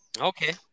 Okay